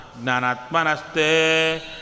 Nanatmanaste